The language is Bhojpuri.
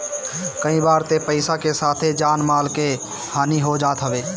कई बार तअ पईसा के साथे जान माल के हानि हो जात हवे